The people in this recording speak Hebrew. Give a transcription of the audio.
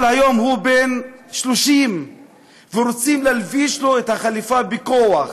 אבל היום הוא בן 30 ורוצים להלביש לו את החליפה בכוח,